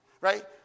Right